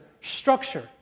structure